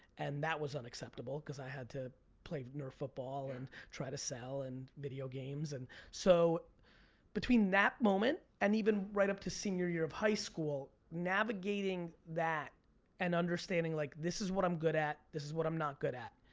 and that was unacceptable cause i had to play nerf football and try to sell and video games. so between that moment and even right up to senior year of high school navigating that and understanding like this is what i'm good at, this is what i'm not good at,